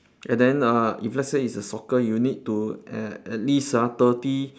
and then uh if let's say it's a soccer you need to at at least ah thirty